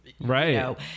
Right